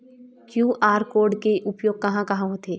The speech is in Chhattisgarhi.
क्यू.आर कोड के उपयोग कहां कहां होथे?